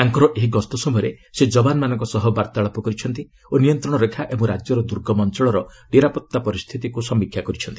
ତାଙ୍କର ଏହି ଗସ୍ତ ସମୟରେ ସେ ଜବାନମାନଙ୍କ ସହ ବାର୍ତ୍ତାଳାପ କରିଛନ୍ତି ଓ ନିୟନ୍ତ୍ରଣ ରେଖା ଏବଂ ରାଜ୍ୟର ଦୁର୍ଗମ ଅଞ୍ଚଳର ନିରାପତ୍ତା ପରିସ୍ଥିତିକୁ ସମୀକ୍ଷା କରିଛନ୍ତି